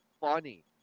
funny